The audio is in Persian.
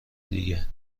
دیگه